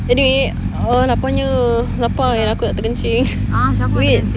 anyway uh laparnya lapar aku aku nak terkencing